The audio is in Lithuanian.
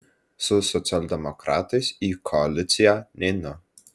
su socialdemokratais į koaliciją neinu